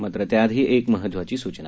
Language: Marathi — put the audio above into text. मात्र त्याआधी एक महत्वाची सूचना